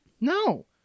No